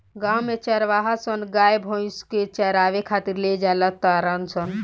गांव में चारवाहा सन गाय भइस के चारावे खातिर ले जा तारण सन